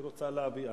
היא רוצה להביע,